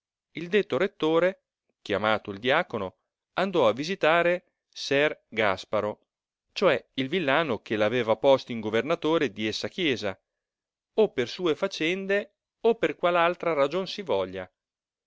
il detto rettore chiamato il diacono andò a visitare ser gasparo ciò e il villano che l'aveva posto in governatore di essa chiesa o per sue facende o per qual altra ragion si voglia